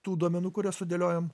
tų duomenų kuriuos sudėliojom